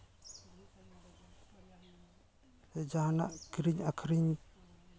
ᱡᱟᱦᱟᱱᱟᱜ ᱠᱤᱨᱤᱧ ᱟᱠᱷᱨᱤᱧ